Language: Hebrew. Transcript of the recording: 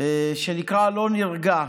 שיר שנקרא "לא נרגע"